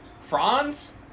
Franz